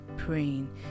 Praying